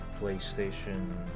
PlayStation